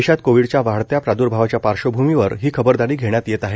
देशात कोविडच्या वाढत्या प्रादर्भावाच्या पार्श्वभूमीवर ही खबरदारी घेण्यात येत आहे